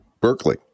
Berkeley